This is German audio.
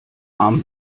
arm